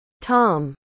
Tom